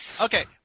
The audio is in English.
Okay